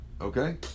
Okay